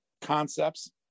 concepts